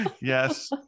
yes